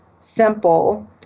simple